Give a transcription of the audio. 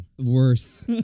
Worse